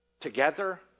Together